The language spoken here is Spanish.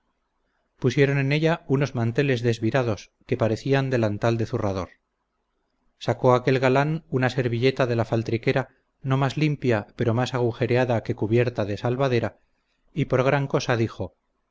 pusieron en ella unos manteles desvirados que parecían delantal de zurrador sacó aquel galán una servilleta de la faltriquera no más limpia pero más agujereada que cubierta de salvadera y por gran cosa dijo